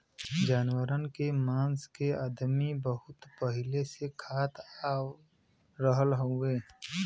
जानवरन के मांस के अदमी बहुत पहिले से खात आ रहल हउवे